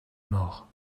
mort